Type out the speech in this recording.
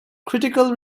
critical